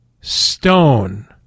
stone